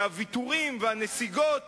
שהוויתורים והנסיגות